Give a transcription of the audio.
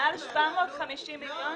מעל 750 מיליון שקלים.